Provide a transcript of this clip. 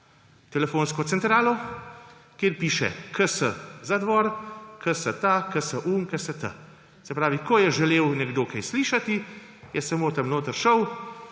telefonsko centralo, kjer piše: KS Zadvor, KS ta, KS on, KS t. Se pravi, ko je želel nekdo kaj slišati, je samo tja noter šel,